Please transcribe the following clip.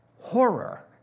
Horror